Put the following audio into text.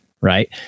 right